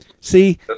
See